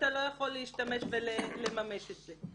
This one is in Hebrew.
אתה לא יכול להשתמש ולממש את זה.